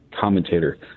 commentator